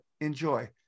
enjoy